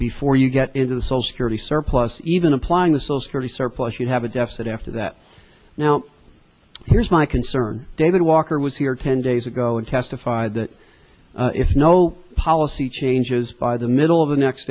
before you get into the so security surplus even applying the so security surplus you have a deficit after that now here's my concern david walker was here ten days ago and testified that if no policy changes by the middle of the next